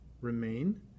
remain